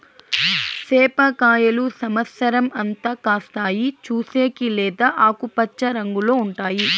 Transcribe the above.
సేప కాయలు సమత్సరం అంతా కాస్తాయి, చూసేకి లేత ఆకుపచ్చ రంగులో ఉంటాయి